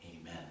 Amen